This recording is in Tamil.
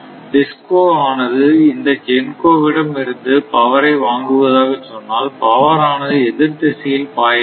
DISCO ஆனது இந்த GENCO விடம் இருந்து பவரை வாங்குவதாக சொன்னால் பவர் ஆனது எதிர்த்திசையில் பாய வேண்டும்